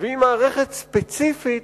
ועם מערכת ספציפית